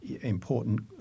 important